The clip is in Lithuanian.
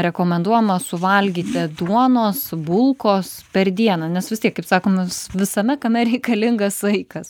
rekomenduojama suvalgyti duonos bulkos per dieną nes vis tiek kaip sakom nu visame kame reikalingas saikas